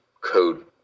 code